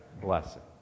blessing